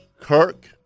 Kirk